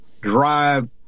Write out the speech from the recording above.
drive